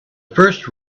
first